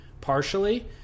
partially